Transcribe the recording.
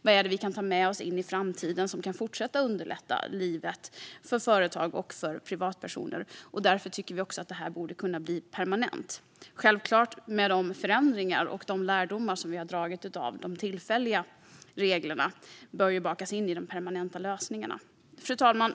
Vad är det som vi kan ta med oss in i framtiden och som kan fortsätta att underlätta livet för företag och privatpersoner? Därför tycker vi också att det här borde kunna bli permanent. Självklart bör de förändringar som gjorts och de lärdomar som vi har dragit av de tillfälliga reglerna bakas in i de permanenta lösningarna. Förlängning av de tillfälliga åtgärderna för att underlätta genomförandet av bolags och förenings-stämmor Fru talman!